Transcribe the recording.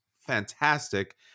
fantastic